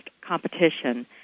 competition